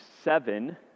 seven